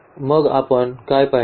तर मग आपण काय पाहिले